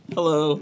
Hello